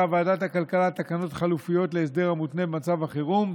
ועדת הכלכלה תקנות חלופיות להסדר המותנה במצב החירום,